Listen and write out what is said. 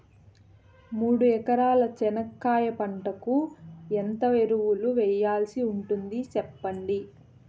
మూడు ఎకరాల చెనక్కాయ పంటకు ఎంత ఎరువులు వేయాల్సి ఉంటుంది సెప్పండి?